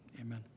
Amen